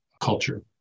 culture